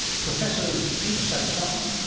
professors peter czabotar,